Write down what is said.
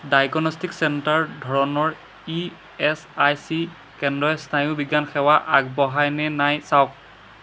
diagnostic centre ধৰণৰ E S I C কেন্দ্ৰই স্নায়ুবিজ্ঞান সেৱা আগবঢ়ায় নে নাই চাওক